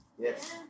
yes